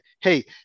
hey